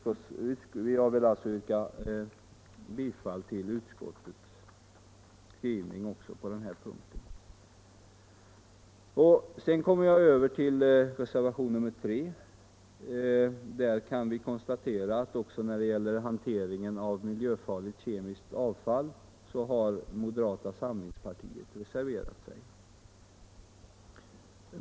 Jag vill alltså yrka bifall till utskottets förslag också på den här punkten. Sedan kommer jag över till reservationen 3. Där kan vi konstatera att också när det gäller hanteringen av miljöfarligt kemiskt avfall har moderata samlingspartiet reserverat sig.